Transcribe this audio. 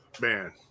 man